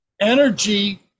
Energy